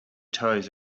toes